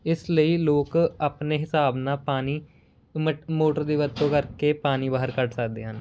ਇਸ ਲਈ ਲੋਕ ਆਪਣੇ ਹਿਸਾਬ ਨਾਲ ਪਾਣੀ ਮ ਮੋਟਰ ਦੀ ਵਰਤੋਂ ਕਰਕੇ ਪਾਣੀ ਬਾਹਰ ਕੱਢ ਸਕਦੇ ਹਨ